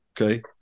Okay